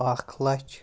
اَکھ لَچھ